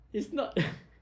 is not !huh!